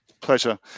Pleasure